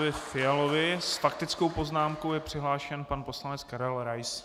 S faktickou poznámkou je přihlášen pan poslanec Karel Rais.